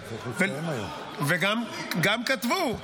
--- גם כתבו.